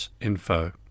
info